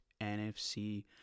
NFC